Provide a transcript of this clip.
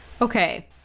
Okay